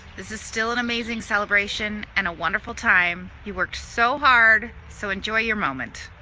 this is still an amazing celebration, and a wonderful time. you worked so hard, so enjoy your moment!